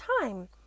time